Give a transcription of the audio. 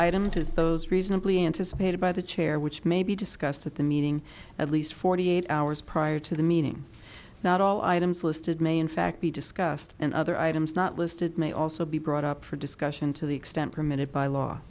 items is those reasonably anticipated by the chair which may be discussed at the meeting at least forty eight hours prior to the meeting not all items listed may in fact be discussed and other items not listed may also be brought up for discussion to the extent permitted by law